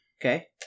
Okay